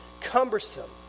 cumbersome